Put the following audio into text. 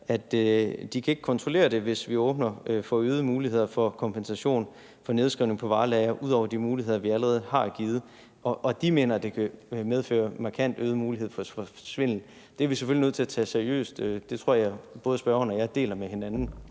at de ikke kan kontrollere det, hvis åbner for øgede muligheder for kompensation for nedskrivning på varelagre ud over de muligheder, vi allerede har givet. Og de mener, at det kan medføre markant øget mulighed for svindel. Det er vi selvfølgelig nødt til at tage seriøst – det tror jeg både spørgeren og jeg deler med hinanden.